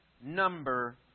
number